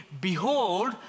behold